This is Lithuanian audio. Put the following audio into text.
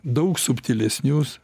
daug subtilesnius